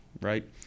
right